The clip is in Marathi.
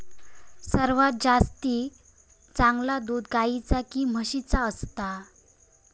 सर्वात जास्ती चांगला दूध गाईचा की म्हशीचा असता?